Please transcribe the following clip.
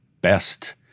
best